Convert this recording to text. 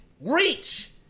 Reach